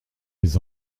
les